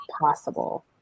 possible